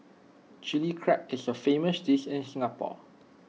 Chilli Crab is A famous dish in Singapore